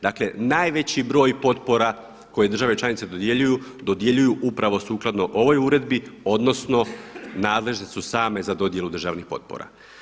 Dakle, najveći broj potpora koje države članice dodjeljuju, dodjeljuju upravo sukladno ovoj uredbi odnosno nadležne su same za dodjelu državnih potpora.